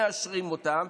מאשרים אותן,